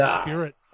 spirit